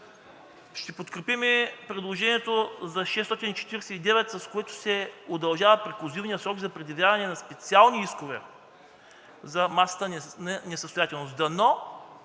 Ще подкрепим предложението за чл. 649, с който се удължава преклузивният срок за предявяване на специални искове за масата на несъстоятелност.